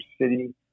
city